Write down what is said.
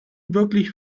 wirklich